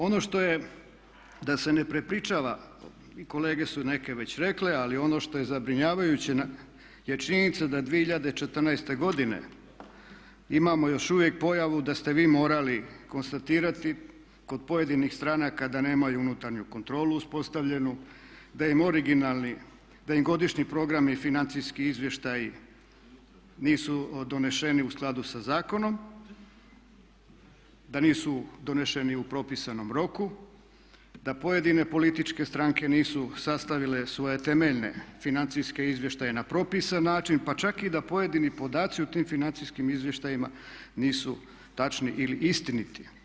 Ono što je, da se ne prepričava, kolege su neke već rekle, ali ono što je zabrinjavajuće je činjenica da 2014. godine imamo još uvijek pojavu da ste vi morali konstatirati kod pojedinih stranaka da nemaju unutarnju kontrolu uspostavljenu, da im godišnji programi i financijski izvještaji nisu doneseni u skladu sa zakonom, da nisu doneseni u propisanom roku, da pojedine političke stranke nisu sastavile svoje temeljne financijske izvještaje na propisan način, pa čak i da pojedini podaci u tim financijskim izvještajima nisu tačni ili istiniti.